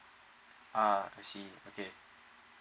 ah I see okay